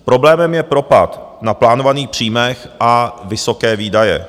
Problémem je propad na plánovaných příjmech a vysoké výdaje.